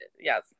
Yes